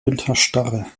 winterstarre